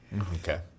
Okay